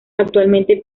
actualmente